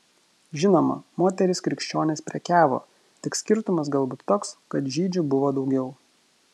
žinoma moterys krikščionės prekiavo tik skirtumas galbūt toks kad žydžių buvo daugiau